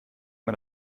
man